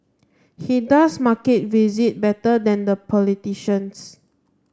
he does market visit better than the politicians